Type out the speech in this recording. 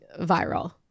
viral